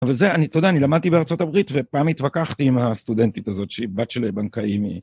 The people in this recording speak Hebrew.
אבל זה, אני תודה, אני למדתי בארה״ב ופעם התווכחתי עם הסטודנטית הזאת, שהיא בת של בנקאים.